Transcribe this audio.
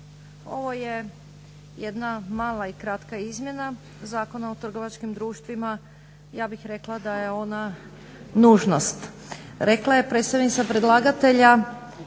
ovo je jedna mala i kratka izmjena Zakona o trgovačkim društvima, ja bih rekla da je ona nužnost. Rekla je predstavnica predlagatelja